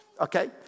okay